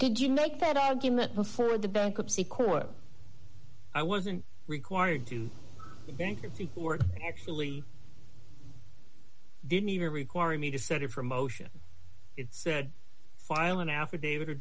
did you know that argument before the bankruptcy court i wasn't required to the bankruptcy court actually didn't even require me to set of promotion it said file an affidavit or